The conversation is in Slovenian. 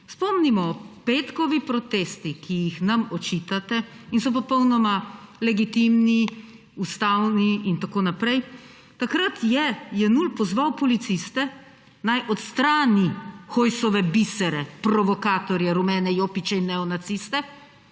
Spomnimo, petkovi protesti, ki jih nam očitate in so popolnoma legitimni, ustavni in tako naprej, takrat je Jenull pozval policiste, naj odstrani Hojsove bisere, provokatorje, rumene jopiče in neonaciste,